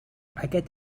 aquest